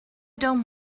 don’t